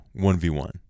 1v1